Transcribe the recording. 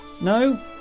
No